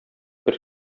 бер